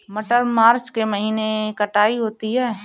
मटर मार्च के महीने कटाई होती है?